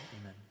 amen